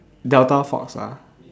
delta fox lah